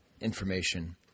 information